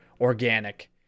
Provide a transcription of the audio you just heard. organic